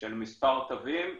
של מספר תווים.